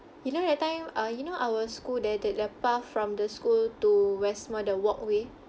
you know that time ah you know our school there there the path from the school to west mall the walkway